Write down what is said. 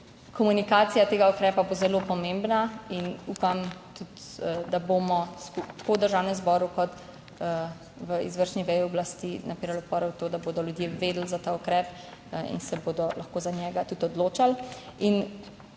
komunikacija tega ukrepa res zelo pomembna, in upam tudi, da bomo tako v Državnem zboru kot v izvršni veji oblasti vložili napore v to, da bodo ljudje vedeli za ta ukrep in se bodo lahko za njega tudi odločali